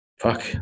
fuck